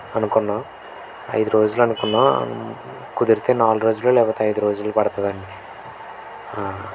అనుకున్నాము ఐదు రోజులు అనుకున్నాము కుదిరితే నాలుగు రోజులు లేకపోతే ఐదు రోజులు పడుతుంది అండి